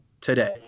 today